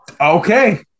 Okay